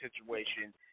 situation